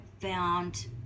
found